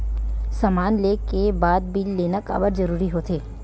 समान ले के बाद बिल लेना काबर जरूरी होथे?